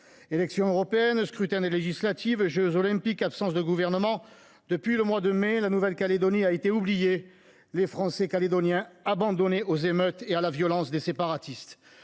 Élections européennes, scrutins des législatives, jeux Olympiques, absence de gouvernement… Depuis le mois de mai, la Nouvelle Calédonie a été oubliée et les Français calédoniens abandonnés aux émeutes et à la violence des séparatistes.